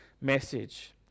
message